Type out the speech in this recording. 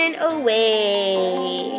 away